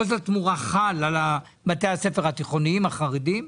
עוז לתמורה חל על בתי הספר התיכוניים החרדים.